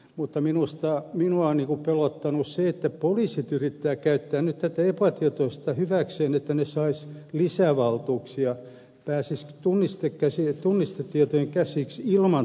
mutta minua on pelottanut se että poliisit yrittävät käyttää nyt kansalaisten epätietoisuutta hyväkseen että saisivat lisävaltuuksia pääsisivät tunnistetietoihin käsiksi ilman tuomioistuinmenettelyä